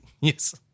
yes